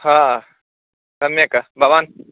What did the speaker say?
सम्यक् भवान्